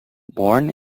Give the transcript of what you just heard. born